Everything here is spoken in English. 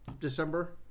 December